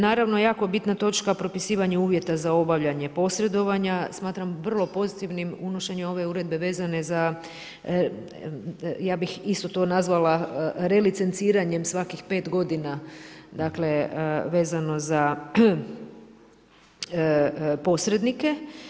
Naravno jako bitna točka propisivanje uvjeta za obavljanje posredovanja, smatram vrlo pozitivnim unošenje ove uredbe vezane za, ja bih isto to nazvala relicenciranjem svakih 5 godina, dakle vezano za posrednike.